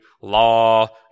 law